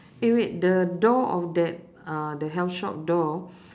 eh wait the door of that uh the health shop door